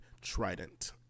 trident